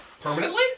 Permanently